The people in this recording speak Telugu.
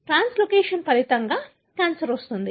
ట్రాన్స్లోకేషన్ ఫలితంగా క్యాన్సర్ వస్తుంది